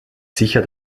sicher